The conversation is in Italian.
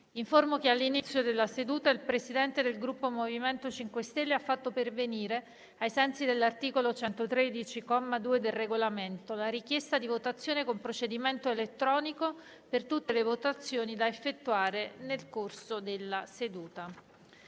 che all'inizio della seduta il Presidente del Gruppo MoVimento 5 Stelle ha fatto pervenire, ai sensi dell'articolo 113, comma 2, del Regolamento, la richiesta di votazione con procedimento elettronico per tutte le votazioni da effettuare nel corso della seduta.